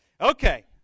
Okay